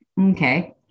okay